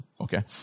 Okay